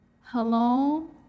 Hello